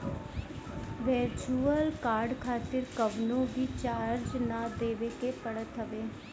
virtual card खातिर कवनो भी चार्ज ना देवे के पड़त हवे